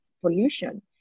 pollution